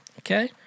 Okay